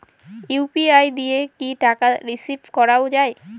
UPI দিয়ে কি টাকা রিসিভ করাও য়ায়?